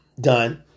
Done